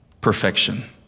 perfection